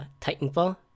titanfall